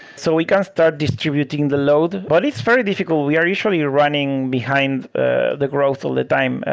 so we can start distributing the load, but it's very difficult. we are usually running behind ah the growth all the time.